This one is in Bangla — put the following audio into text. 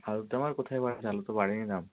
আলুর দাম আর কোথায় বেড়েছে আলুর তো বাড়েনি দাম